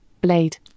Blade